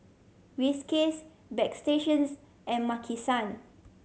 Whiskas Bagstationz and Maki San